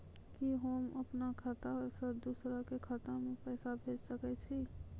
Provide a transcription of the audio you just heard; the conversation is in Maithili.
कि होम अपन खाता सं दूसर के खाता मे पैसा भेज सकै छी?